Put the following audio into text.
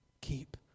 keep